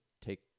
take